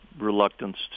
reluctance